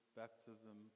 baptism